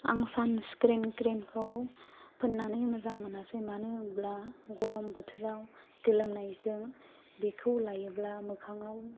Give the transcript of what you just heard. आं sunscreen cream खौ फुननानै मोजां मोनासै मानो होनोब्ला गरम बोथोराव गोलोमनायजों बेखौ लायोब्ला मोखाङाव